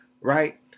right